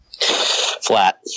Flat